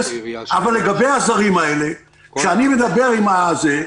לגבי הזרים האלה, כשאני מדבר עם הרשויות,